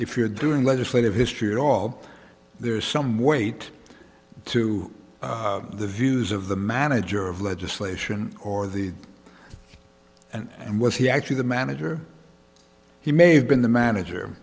if you're doing legislative history at all there's some weight to the views of the manager of legislation or the and was he actually the manager he may have been the manager